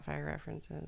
references